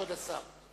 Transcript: כבוד השר.